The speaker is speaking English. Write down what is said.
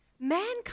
mankind